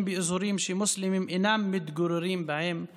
באזורים שמוסלמים אינם מתגוררים בהם עוד.